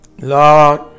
Lord